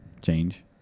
change